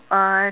uh